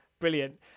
Brilliant